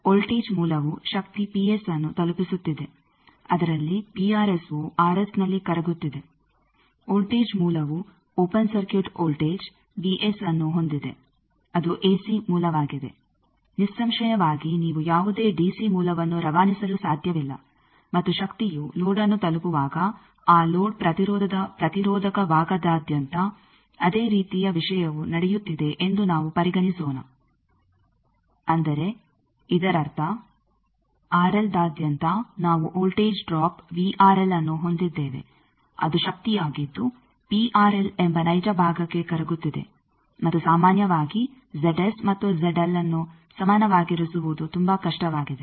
voltage ಮೂಲವು ಶಕ್ತಿ ಅನ್ನು ತಲುಪಿಸುತ್ತಿದೆ ಅದರಲ್ಲಿ ವು ನಲ್ಲಿ ಕರಗುತ್ತಿದೆ ವೋಲ್ಟೇಜ್ ಮೂಲವು ಓಪೆನ್ ಸರ್ಕ್ಯೂಟ್ ವೋಲ್ಟೇಜ್ ಅನ್ನು ಹೊಂದಿದೆ ಅದು ಏಸಿ ಮೂಲವಾಗಿದೆ ನಿಸ್ಸಂಶಯವಾಗಿ ನೀವು ಯಾವುದೇ ಡಿಸಿ ಮೂಲವನ್ನು ರವಾನಿಸಲು ಸಾಧ್ಯವಿಲ್ಲ ಮತ್ತು ಶಕ್ತಿಯು ಲೋಡ್ಅನ್ನು ತಲುಪುವಾಗ ಆ ಲೋಡ್ ಪ್ರತಿರೋಧದ ಪ್ರತಿರೋಧಕ ಭಾಗದಾದ್ಯಂತ ಅದೇ ರೀತಿಯ ವಿಷಯವು ನಡೆಯುತ್ತಿದೆ ಎಂದು ನಾವು ಪರಿಗಣಿಸೋಣ ಅಂದರೆ ಇದರರ್ಥ ದಾದ್ಯಂತ ನಾವು ವೋಲ್ಟೇಜ್ ಡ್ರಾಪ್ ಅನ್ನು ಹೊಂದಿದ್ದೇವೆ ಅದು ಶಕ್ತಿಯಾಗಿದ್ದು ಎಂಬ ನೈಜ ಭಾಗಕ್ಕೆ ಕರಗುತ್ತಿದೆ ಮತ್ತು ಸಾಮಾನ್ಯವಾಗಿ ಮತ್ತು ಅನ್ನು ಸಮಾನವಾಗಿರಿಸುವುದು ತುಂಬಾ ಕಷ್ಟವಾಗಿದೆ